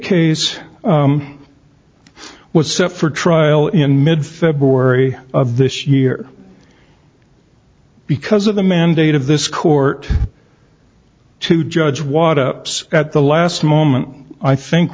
case was set for trial in mid february of this year because of the mandate of this court to judge water ups at the last moment i think